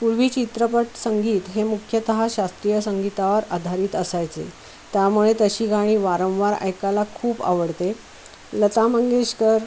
पूर्वी चित्रपटसंगीत हे मुख्यतः शास्त्रीय संगीतावर आधारित असायचे त्यामुळे तशी गाणी वारंवार ऐकायला खूप आवडते लता मंगेशकर